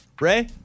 Ray